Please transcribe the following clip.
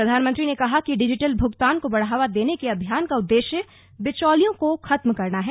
प्रधानमंत्री ने कहा कि डिजिटल भुगतान को बढ़ावा देने के अभियान का उद्देश्य बिचौलियों को खत्म करना है